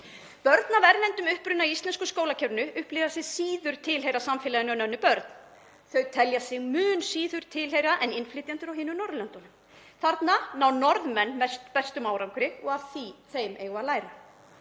Börn af erlendum uppruna í íslensku skólakerfi upplifa sig síður tilheyra samfélaginu en önnur börn. Þau telja sig mun síður tilheyra en innflytjendur á hinum Norðurlöndunum. Þarna ná Norðmenn bestum árangri og af þeim eigum við að læra.